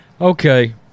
Okay